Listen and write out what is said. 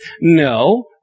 No